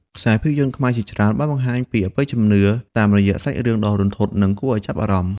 ខ្សែភាពយន្តខ្មែរជាច្រើនបានបង្ហាញពីអបិយជំនឿតាមរយៈសាច់រឿងដ៏រន្ធត់និងគួរឲ្យចាប់អារម្មណ៍។